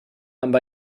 amb